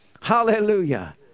Hallelujah